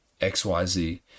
xyz